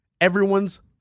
everyone's